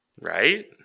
Right